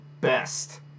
best